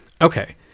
okay